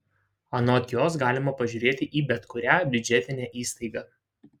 anot jos galima pažiūrėti į bet kurią biudžetinę įstaigą